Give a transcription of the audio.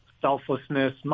selflessness